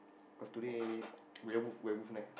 cause today werewolf werewolf night